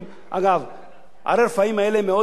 ערי הרפאים האלה מאוד מעצבנות את המשפחות.